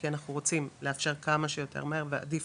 כי אנחנו רוצים לאפשר כמה שיותר מהר ועדיף